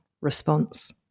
response